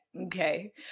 okay